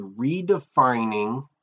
redefining